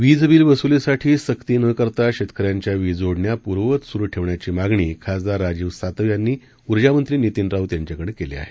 वीजबिल वसुलीसाठी सक्ती न करता शेतकऱ्यांच्या वीज जोडण्या पूर्ववत सुरु ठेवण्याची मागणी खासदार राजीव सातव यांनी ऊर्जामंत्री नितिन राऊत यांच्याकडे केली आहे